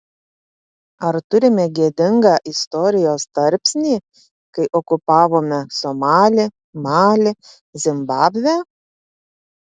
ar turime gėdingą istorijos tarpsnį kai okupavome somalį malį zimbabvę